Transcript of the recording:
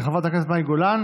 של חברת הכנסת מאי גולן.